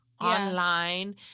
online